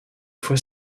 fois